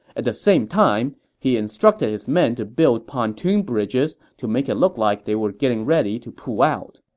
at the same time, he instructed his men to build pontoon bridges to make it look like they were getting ready to pull out